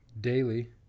daily